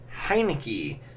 Heineke